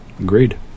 Agreed